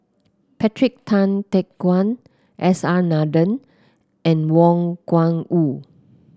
Patrick Tay Teck Guan S R Nathan and Wang Gungwu